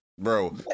Bro